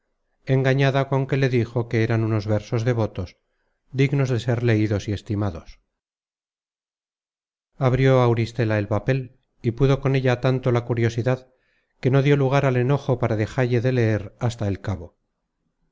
engañada con que le dijo que eran unos versos devotos dignos de ser leidos y estimados abrió auristela el papel y pudo con ella tanto la curiosidad que no dió lugar al enojo para dejalle de leer hasta el cabo